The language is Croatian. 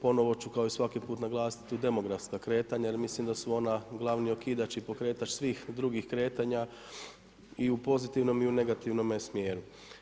Ponovno ću kao i svaki put naglasiti demografska kretanja, jer mislim da su ona glavni okidač i pokretač svih drugih kretanja i u pozitivnom i u negativnome smjeru.